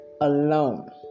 alone